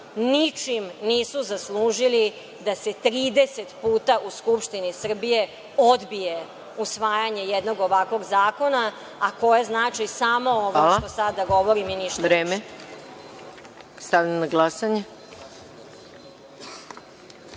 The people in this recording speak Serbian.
ničim nisu zaslužili da se 30 puta u Skupštini Srbije odbije usvajanje jednog ovakvog zakona, a koje znači samo ovo što sada govorim i ništa više. **Maja Gojković**